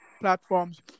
platforms